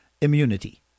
immunity